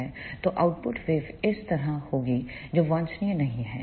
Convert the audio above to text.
तो output wave इस तरह होगी जो वांछनीय नहीं है